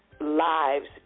lives